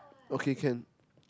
okay can